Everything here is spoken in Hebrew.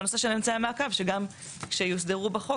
והנושא של אמצעי המעקב, שגם שיוסדרו בחוק.